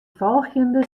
folgjende